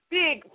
big